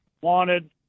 wanted